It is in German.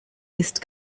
ist